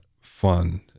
fun